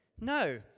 No